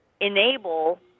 enable